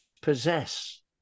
possess